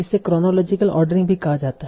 इसे chronological ordering भी कहा जाता है